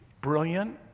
brilliant